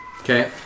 Okay